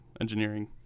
Engineering